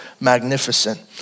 magnificent